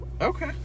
Okay